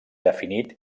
definit